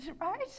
right